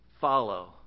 follow